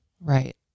Right